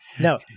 No